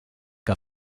que